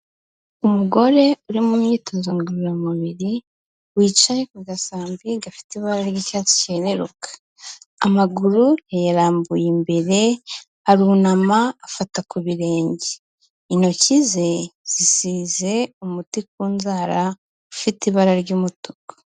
Umugore uri mu myitozo ngororamubiri, wicaye ku gasambi gafite ibara ry'icyatsi cyereruka, amaguru yayarambuye imbere, arunama afata ku birenge, intoki ze zisize umuti ku nzara ufite ibara ry'umutuku.